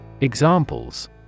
Examples